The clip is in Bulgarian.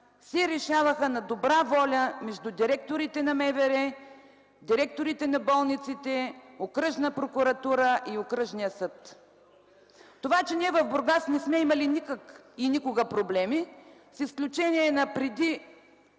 се решаваха на добра воля между директорите на МВР, директорите на болниците, Окръжна прокуратура и Окръжния съд. Това, че ние в Бургас не сме имали никога проблеми, с изключение на преди